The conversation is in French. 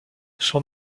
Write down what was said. son